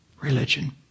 Religion